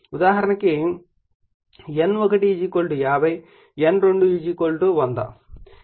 ఉదాహరణకు N1 50 మరియు N2 100 50 turns మరియు 100 టర్న్స్ అని చెప్పండి